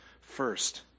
first